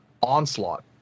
onslaught